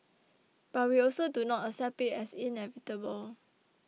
but we also do not accept it as inevitable